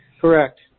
Correct